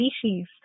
species